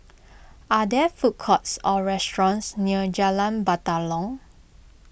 are there food courts or restaurants near Jalan Batalong